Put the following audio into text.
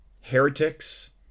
heretics